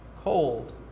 cold